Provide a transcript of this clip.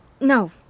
No